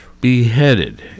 Beheaded